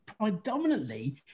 predominantly